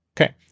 Okay